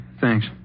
thanks